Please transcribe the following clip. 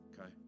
okay